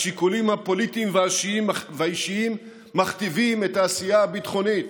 השיקולים הפוליטיים והאישיים מכתיבים את העשייה הביטחונית.